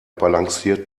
balanciert